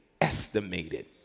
estimated